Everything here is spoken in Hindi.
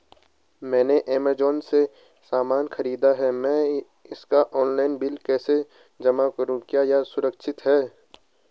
मैंने ऐमज़ान से सामान खरीदा है मैं इसका ऑनलाइन बिल कैसे जमा करूँ क्या यह सुरक्षित है?